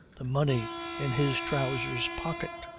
the money in his trousers' pocket,